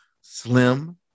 slim